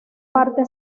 parte